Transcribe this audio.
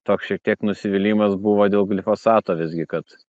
toks šiek tiek nusivylimas buvo dėl glifosato visgi kad